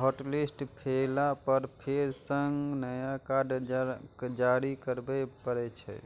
hotlist भेला पर फेर सं नया कार्ड जारी करबे पड़ै छै